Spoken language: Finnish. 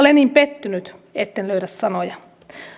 olen niin pettynyt etten löydä sanoja